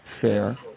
fair